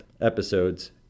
episodes